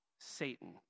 Satan